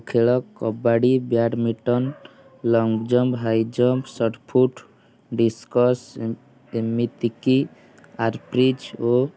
ଖେଳ kabaddi badminton long jump high jump shot put discus ଏମିତି କି